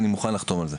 אני מוכן לחתום על זה.